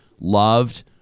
loved